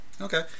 okay